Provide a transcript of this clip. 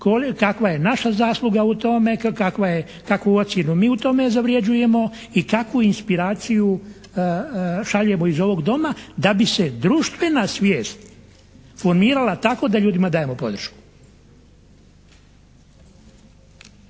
kakva je naša zasluga u tome, kakvu ocjenu mi u tome zavrijeđujemo i kakvu inspiraciju šaljemo iz ovog Doma da bi se društvena svijest formirala tako da ljudima dajemo podršku.